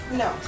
no